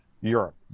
Europe